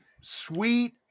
sweet